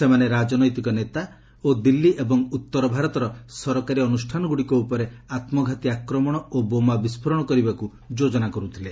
ସେମାନେ ରାଜନୈତିକ ନେତା ଓ ଦିଲ୍ଲୀ ଏବଂ ଉତ୍ତରଭାରତର ସରକାରୀ ଅନୁଷ୍ଠାନଗୁଡ଼ିକ ଉପରେ ଆତ୍କଘାତି ଆକ୍ରମଣ ଓ ବୋମା ବିସ୍ଫୋରଣ କରିବାକ୍ ଯୋଜନା କର୍ତ୍ତିଲେ